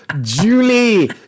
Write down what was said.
Julie